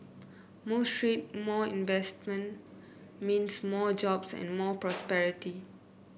more trade more investment means more jobs and more prosperity